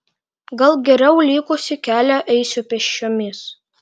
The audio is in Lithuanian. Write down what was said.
gal geriau likusį kelią eisiu pėsčiomis